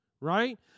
Right